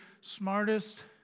smartest